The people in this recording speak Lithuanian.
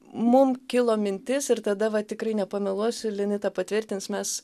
mum kilo mintis ir tada va tikrai nepameluosiu linita patvirtins mes